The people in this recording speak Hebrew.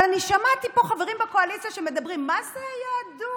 אבל אני שמעתי פה חברים בקואליציה שמדברים: מה זה היהדות?